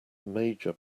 major